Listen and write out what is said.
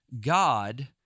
God